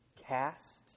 Cast